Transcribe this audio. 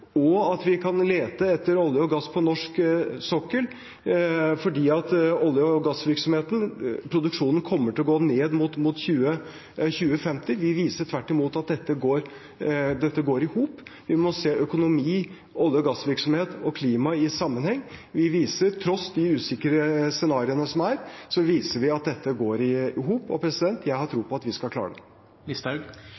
lete etter olje og gass på norsk sokkel fordi olje- og gassproduksjonen kommer til å gå ned mot 2050. Vi viser tvert imot at dette går i hop. Vi må se økonomi, olje- og gassvirksomhet og klima i sammenheng. Vi viser, tross de usikre scenarioene som er, at dette går i hop, og jeg har tro